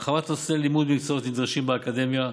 הרחבת מסלולי לימוד במקצועות נדרשים באקדמיה,